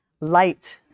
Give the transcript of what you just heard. light